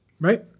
Right